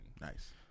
Nice